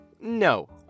No